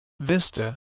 Vista